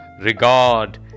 regard